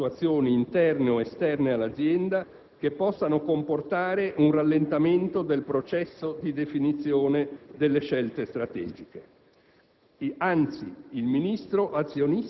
Il Governo non intende avallare situazioni, interne o esterne all'azienda, che possano comportare un rallentamento nel processo di definizione delle scelte strategiche.